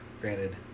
Granted